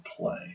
play